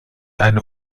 eine